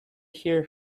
hear